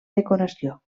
decoració